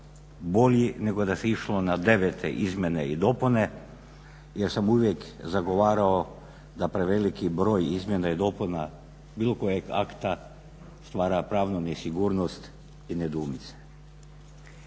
bolji nego da se išlo na 9.izmjene i dopune jer sam uvijek zagovarao da preveliki broj izmjena i dopuna bilo kojeg akta stvara pravnu nesigurnost i nedoumice.